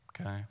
okay